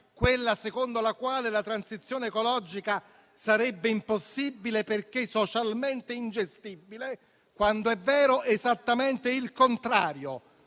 secondo la quale la transizione ecologica sarebbe impossibile perché socialmente ingestibile, quando è vero esattamente il contrario,